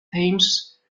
thames